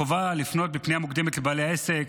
החובה לפנות בפנייה מוקדמת לבעלי העסק,